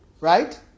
right